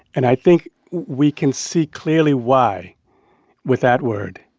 and i think we can see clearly why with that word,